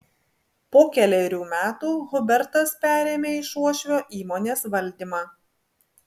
po kelerių metų hubertas perėmė iš uošvio įmonės valdymą